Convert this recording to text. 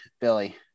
Billy